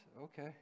okay